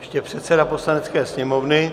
Ještě předseda Poslanecké sněmovny.